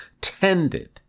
tended